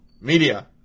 media